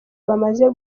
bamaze